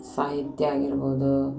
ಸಾಹಿತ್ಯ ಆಗಿರ್ಬೋದು